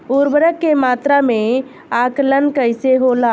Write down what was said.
उर्वरक के मात्रा में आकलन कईसे होला?